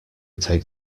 take